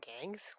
gangs